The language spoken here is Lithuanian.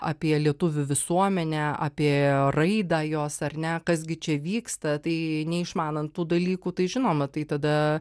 apie lietuvių visuomenę apie raidą jos ar ne kas gi čia vyksta tai neišmanant tų dalykų tai žinoma tai tada